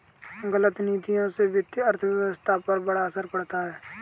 गलत नीतियों से वित्तीय अर्थव्यवस्था पर बड़ा असर पड़ता है